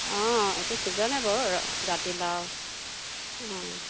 অঁ এইটো ছিজনে বাৰু জাতিলাও অঁ